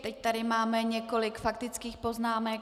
Teď tady máme několik faktických poznámek.